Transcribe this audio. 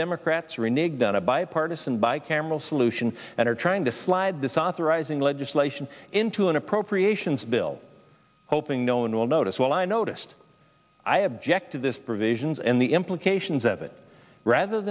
democrats reneged on a bipartisan buy campbell solution and are trying to slide this authorizing legislation into an appropriations bill hoping no one will notice well i noticed i object to this provisions and the implications of it rather